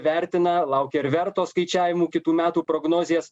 vertina laukia ir verto skaičiavimų kitų metų prognozės